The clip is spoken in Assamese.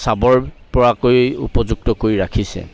চাব পৰাকৈ উপযুক্ত কৰি ৰাখিছে